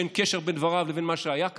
שאין קשר בין דבריו לבין מה שהיה כאן?